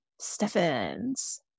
Stephens